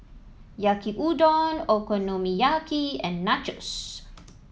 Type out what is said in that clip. Yaki Udon Okonomiyaki and Nachos